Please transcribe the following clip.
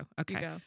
okay